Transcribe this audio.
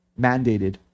mandated